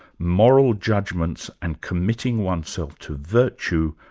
moral judgments and committing oneself to virtue,